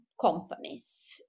companies